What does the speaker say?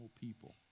people